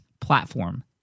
platform